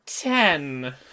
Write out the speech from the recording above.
ten